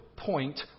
point